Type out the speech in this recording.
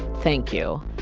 thank you.